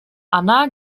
anna